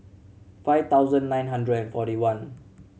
five thousand nine hundred and forty one